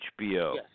HBO